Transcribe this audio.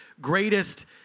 greatest